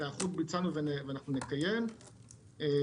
את ההיערכות ביצענו ונקיים בכל